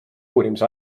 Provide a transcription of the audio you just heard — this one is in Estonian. uurimise